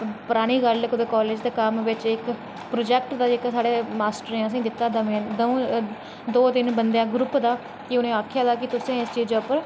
परानी गल्ल कुदै कालेज दे कम्म बिच्च इक प्रोजैक्ट हा मास्टरैं असेंगी दित्ता दा दऊं तिन्न बंदें दा ग्रुप हा उनें आक्के दा हा कि तुसें इस चीजा पर